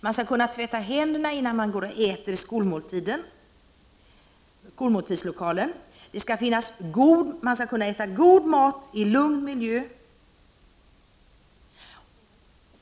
Man skall kunna tvätta händerna innan man går och äter skolmåltiden i skolmåltidslokalen. Man skall kunna äta god mat i en lugn miljö.